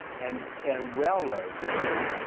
and and railroads had really,